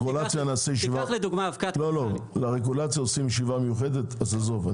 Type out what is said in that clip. על רגולציה נעשה ישיבה מיוחדת אז עזוב,